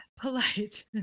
polite